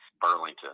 Burlington